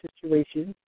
situation